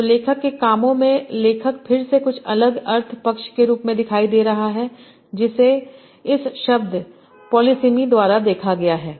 तो लेखक के कामों में लेखक फिर से कुछ अलग अर्थ पक्ष के रूप में दिखाई दे रहा है जिसे इस शब्द पॉलिसीमी द्वारा देखा गया है